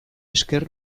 esker